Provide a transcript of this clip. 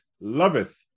loveth